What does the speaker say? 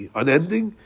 unending